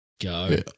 Go